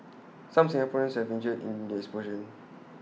some Singaporeans have been injured in this explosion